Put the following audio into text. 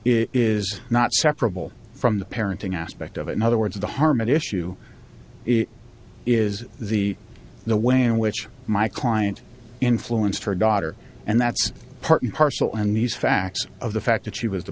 is not separable from the parenting aspect of it in other words the harmony issue is the the way in which my client influenced her daughter and that's part and parcel and these facts of the fact that she was the